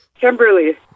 Kimberly